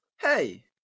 Hey